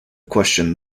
question